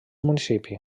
municipi